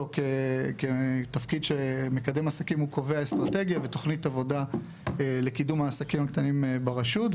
כקובע אסטרטגיה ותכנית עבודה לקידום העסקים הקטנים ברשות,